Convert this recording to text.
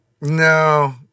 No